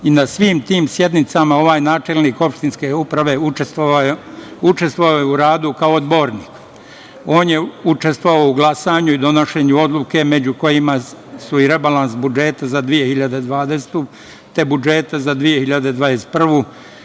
i na svim tim sednicama ovaj načelnik Opštinske uprave učestvovao je u radu kao odbornik. On je učestvovao u glasanju i donošenju odluka, među kojima su i rebalans budžeta za 2020, te budžeta za 2021.